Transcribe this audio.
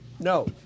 No